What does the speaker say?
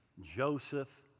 Joseph